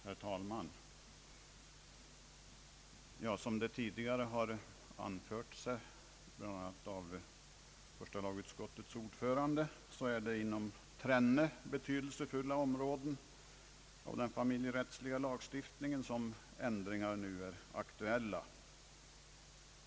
Herr talman! Som tidigare har anförts av bl.a. första lagutskottets ordförande är det inom tre betydelsefulla områden av den familjerättsliga lagstiftningen som ändringar nu är aktuella.